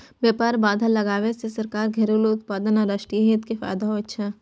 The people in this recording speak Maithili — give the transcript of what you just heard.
व्यापार बाधा लगाबै सं सरकार, घरेलू उत्पादक आ राष्ट्रीय हित कें फायदा होइ छै